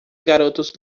garotos